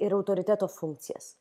ir autoriteto funkcijas